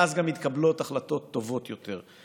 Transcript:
ואז גם מתקבלות החלטות טובות יותר.